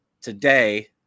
today